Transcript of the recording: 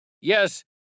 yes